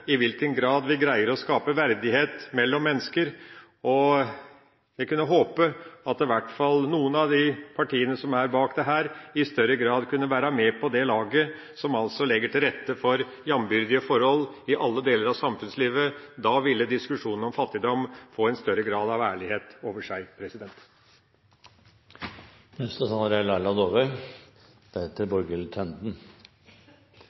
i hvilken grad vi greier å skape verdighet mellom mennesker. Jeg kunne håpe at i hvert fall noen av de partiene som står bak dette, i større grad kunne være med på det laget som altså legger til rette for jamnbyrdige forhold i alle deler av samfunnslivet. Da ville diskusjonen om fattigdom få en større grad av ærlighet over seg. Politikk handler om å skape et stadig bedre samfunn. Et samfunn som er